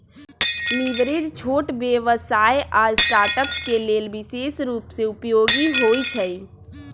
leverage छोट व्यवसाय आऽ स्टार्टअप्स के लेल विशेष रूप से उपयोगी होइ छइ